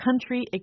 Country